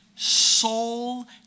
Soul